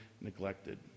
neglected